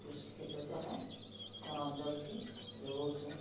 କୃଷିକ୍ଷେତ୍ର ଆମେ ଆମର ଅଞ୍ଚଳୁ ଥି ଯୋଗାଉଛୁଁ